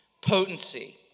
potency